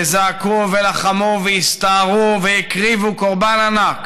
וזעקו ולחמו והסתערו והקריבו קורבן ענק